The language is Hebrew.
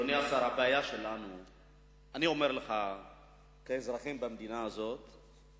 אמרתי שאני חושב שההצעה לא